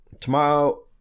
tomorrow